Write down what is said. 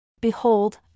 Behold